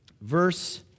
verse